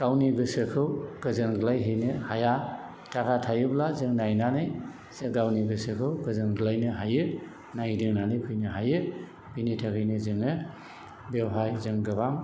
गावनि गोसोखौ गोजोनग्लायहैनो हाया थाखा थायोब्ला जों नायनानै जों गावनि गोसोखौ गोजोनग्लायनो हायो नायदिंनानै फैनो हायो बिनि थाखायनो जोङो बेवहाय जों गोबां